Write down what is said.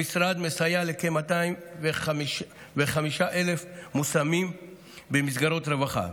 המשרד מסייע לכ-205,000 מושמים במסגרות רווחה.